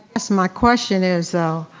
guess my question is though,